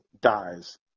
dies